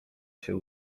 się